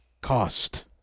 cost